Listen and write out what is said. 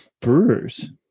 Brewers